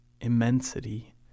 immensity